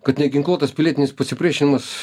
kad neginkluotas pilietinis pasipriešinimas